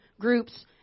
groups